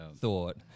thought